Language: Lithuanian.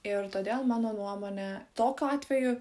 ir todėl mano nuomone tokiu atveju